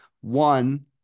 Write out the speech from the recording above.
One